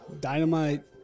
Dynamite